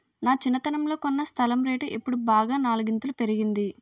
నా చిన్నతనంలో కొన్న స్థలం రేటు ఇప్పుడు బాగా నాలుగింతలు పెరిగింది